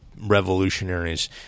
revolutionaries